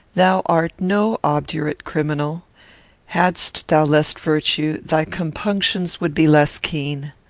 thou art no obdurate criminal hadst thou less virtue, thy compunctions would be less keen.